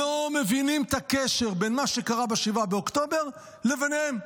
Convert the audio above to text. לא מבינים את הקשר בין מה שקרה ב-7 באוקטובר לבינם.